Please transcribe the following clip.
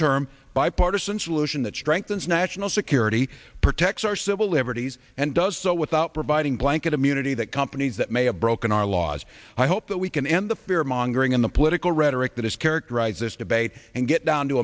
term bipartisan solution that strengthens national security protect our civil liberties and does so without providing blanket immunity that companies that may have broken our laws i hope that we can end the fear mongering in the political rhetoric that is characterize this debate and get down to